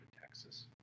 Texas